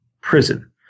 prison